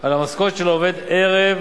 על המשכורת של העובד ערב